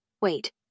Wait